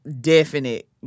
definite